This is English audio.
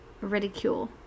ridicule